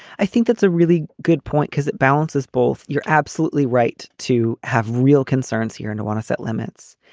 i think that's a really good point because it balances both. you're absolutely right to have real concerns here. and i want to set limits.